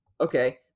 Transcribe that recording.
okay